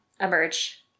emerge